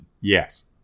Yes